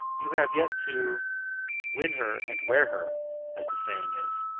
you have yet to win her and wear her as the saying is.